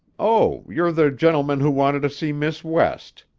oh, you're the gentleman who wanted to see miss west.